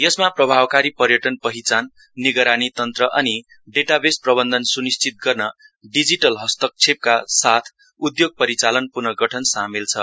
यसमा प्रभावकारी पर्यटक पहिचान निगरानी तन्त्र अनि डेटावेस प्रबन्धन सुनिश्चित गर्न डिजिटल हस्तक्षेपका साथ उद्योग परिचालन पुर्नगठन सामेल छ